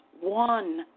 one